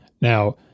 Now